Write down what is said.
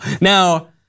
Now